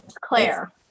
claire